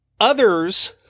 others